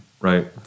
Right